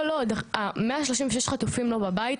כל עוד 136 חטופים לא בבית,